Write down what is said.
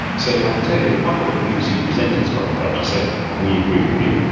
so i can tell you that quite a lot of bbc presenters got in touch and said we agree with you,